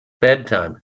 bedtime